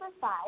five